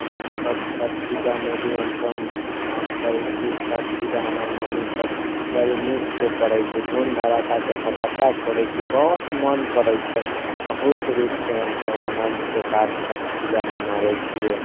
जब सब छठ पूजामे भी हमसब काम करै छी छठ पूजा हमर मम्मी सब बड़ी नीकसँ करै छी धूम धड़ाकासँ पटाखा छोड़ै छी बहुत मन करै छै बहुत रूपसँ हमसब आनन्दके साथ छठ पूजा मनाबै छियै